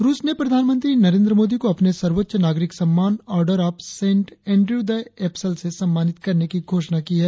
रुस ने प्रधानमंत्री नरेंद्र मोदी को अपने सर्वोच्च नागरिक सम्मान order of Saint Andrew the apostle से सम्मानित करने की घोषणा की है